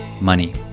money